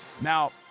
Now